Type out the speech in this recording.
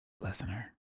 listener